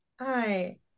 Hi